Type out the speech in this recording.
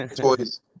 toys